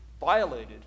violated